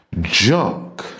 junk